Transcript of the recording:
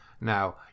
now